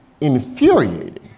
infuriating